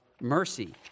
mercy